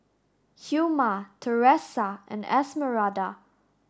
Hilma Teresa and Esmeralda